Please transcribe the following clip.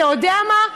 אתה יודע מה?